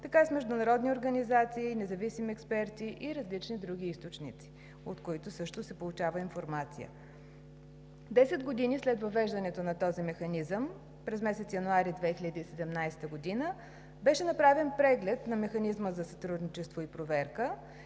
така и с международни организации, независими експерти и различни други източници, от които също се получава информация. Десет години след въвеждането на този механизъм – през месец януари 2017 г., беше направен преглед на Механизма за сътрудничество и проверка